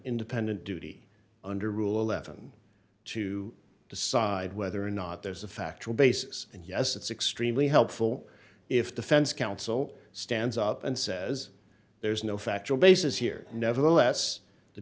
independent duty under rule eleven to decide whether or not there's a factual basis and yes it's extremely helpful if defense counsel stands up and says there's no factual basis here nevertheless the